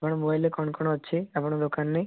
ଆପଣଙ୍କ ମୋବାଇଲରେ କ'ଣ କ'ଣ ଅଛି ଆପଣଙ୍କ ଦୋକାନରେ